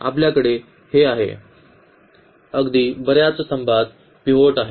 तर आपल्याकडे हे आहे अगदी बर्याच स्तंभात पिव्होट आहे